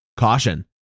Caution